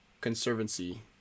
Conservancy